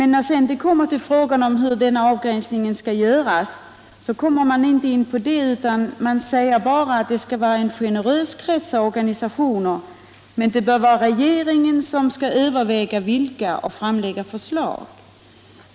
När det sedan gäller hur denna avgränsning skall göras går de emellertid inte närmare in på | detta utan anför bara att det bör vara ”en generöst bestämd krets av organisationer” som ges besvärsrätt men att det bör vara regeringen som skall överväga frågan och framlägga förslag om vilka dessa organisationer skall vara.